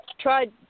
tried